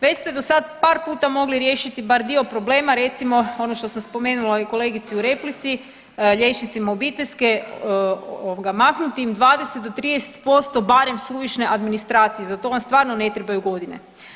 Već ste dosada par puta mogli riješiti bar dio problema, recimo ono što sam spomenula i kolegici u replici, liječnicima obiteljske ovoga maknuti im 20 do 30% barem suvišne administracije, za to vam stvarno ne trebaju godine.